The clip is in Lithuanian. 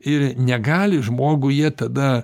ir negali žmogui jie tada